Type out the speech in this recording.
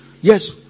Yes